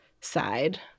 side